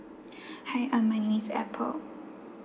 hi um my name is apple